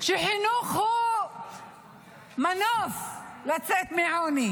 שחינוך הוא מנוף לצאת מהעוני.